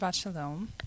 Shalom